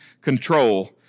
control